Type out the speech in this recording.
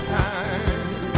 time